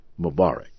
Mubarak